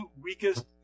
weakest